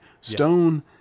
Stone